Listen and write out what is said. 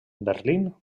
berlín